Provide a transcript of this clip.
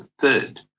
third